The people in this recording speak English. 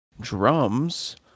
drums